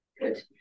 good